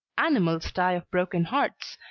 animals die of broken hearts,